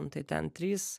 tia ten trys